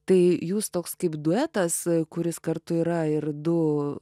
tai jūs toks kaip duetas kuris kartu yra ir du